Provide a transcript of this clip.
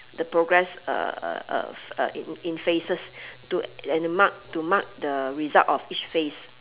the progress uh uh uh uh in in phases to and mark to mark the result of each phase